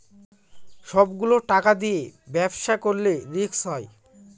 সব গুলো টাকা দিয়ে ব্যবসা করলে রিস্ক হয়